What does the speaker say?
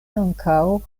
ankaŭ